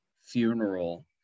funeral